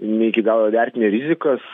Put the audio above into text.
ne iki galo įvertinę rizikas